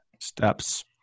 steps